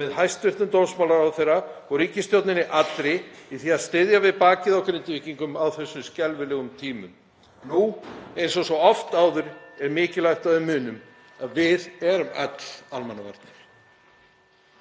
með hæstv. dómsmálaráðherra og ríkisstjórninni allri í því að styðja við bakið á Grindvíkingum á þessum skelfilegu tímum. Nú eins og svo oft áður er mikilvægt að við munum að við erum öll almannavarnir.